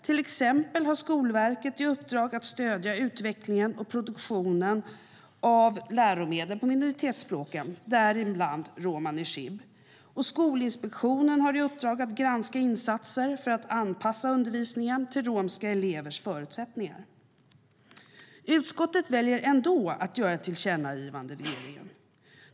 Till exempel har Skolverket i uppdrag att stödja utvecklingen och produktionen av läromedel på minoritetsspråken, däribland romani chib. Skolinspektionen har i uppdrag att granska insatser för att anpassa undervisningen till romska elevers förutsättningar. Utskottet väljer ändå att göra ett tillkännagivande till regeringen.